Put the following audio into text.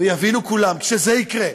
ויבינו כולם, כשזה יקרה,